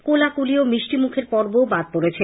কোলাকুলি ও মিষ্টিমুখের পর্বও বাদ পড়েছে